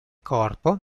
corpo